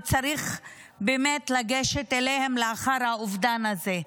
וצריך באמת לגשת אליהם לאחר האובדן הזה,